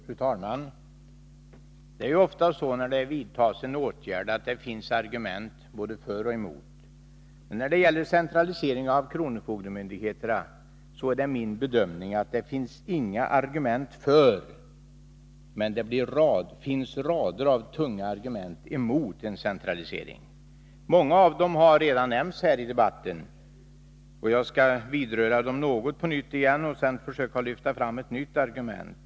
Fru talman! Det är ofta så när det vidtas en åtgärd, att det finns argument både för och emot. Men när det gäller centralisering av kronofogdemyndigheterna är det min bedömning att det inte finns några argument för, medan det finns rader av tunga argument emot en centralisering. Många av dem har redan nämnts i debatten, och jag skall vidröra dem något på nytt och sedan försöka lyfta fram ett nytt argument.